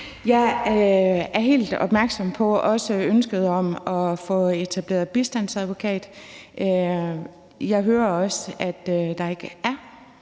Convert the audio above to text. Jeg er også helt opmærksom på ønsket om at få etableret en bistandsadvokat. Jeg hører også, at der ikke er